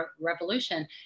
Revolution